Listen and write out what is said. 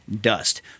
Dust